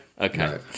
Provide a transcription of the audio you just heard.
Okay